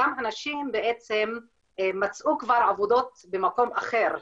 אותם אנשים בעצם מצאו כבר עבודות במקום אחר.